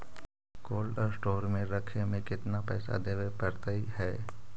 Cold store में रखे में केतना पैसा देवे पड़तै है?